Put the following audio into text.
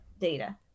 data